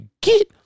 get